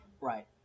Right